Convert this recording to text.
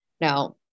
Now